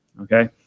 Okay